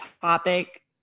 topic